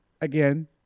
again